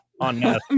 on